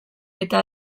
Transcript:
eta